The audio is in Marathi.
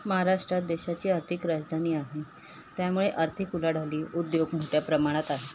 महाराष्ट्रात देशाची आर्थिक राजधानी आहे त्यामुळे आर्थिक उलाढाली उद्योग मोठ्या प्रमाणात आहे